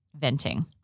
venting